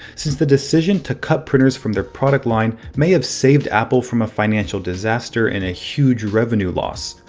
since the decision to cut printers from their product line may have saved apple from a financial disaster and huge revenue losses,